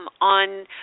on